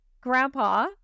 Grandpa